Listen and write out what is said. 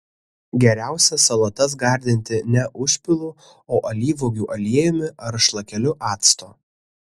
geriausia salotas gardinti ne užpilu o alyvuogių aliejumi ar šlakeliu acto